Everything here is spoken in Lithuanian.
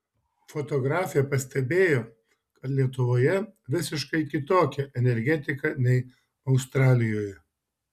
fotografė pastebėjo kad lietuvoje visiškai kitokia energetika nei australijoje